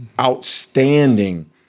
outstanding